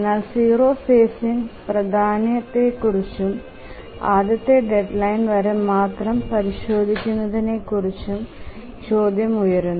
എന്നാൽ 0 ഫേസിങ് പ്രാധാന്യത്തെക്കുറിച്ചും ആദ്യത്തെ ഡെഡ്ലൈൻ വരെ മാത്രം പരിശോധിക്കുന്നതിനെക്കുറിച്ചും ചോദ്യം ഉയരുന്നു